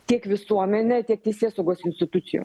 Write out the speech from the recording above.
tiek visuomenė tiek teisėsaugos institucijų